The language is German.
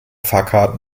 fahrkarten